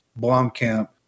blomkamp